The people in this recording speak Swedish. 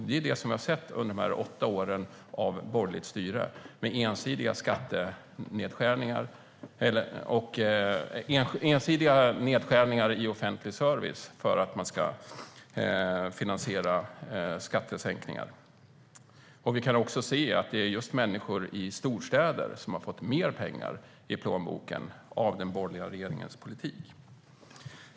Det är det vi har sett under de åtta åren av borgerligt styre med ensidiga nedskärningar i offentlig service för att man ska finansiera skattesänkningar. Vi kan också se att det är just människor i storstäder som har fått mer pengar i plånboken av den borgerliga regeringens politik.